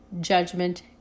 judgment